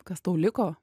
kas tau liko